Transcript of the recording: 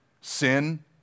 sin